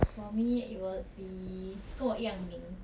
for me it would be 跟我一样名